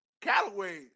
Callaway –